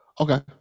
Okay